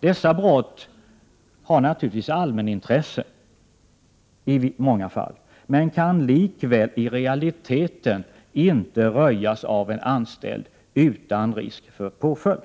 Dessa brott har naturligtvis i många fall allmänintresse, men kan likväl i realiteten inte röjas av en anställd utan risk för påföljd.